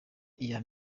iya